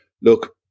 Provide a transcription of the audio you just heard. look